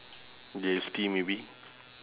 G_S_T maybe